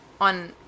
on